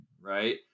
right